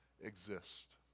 exist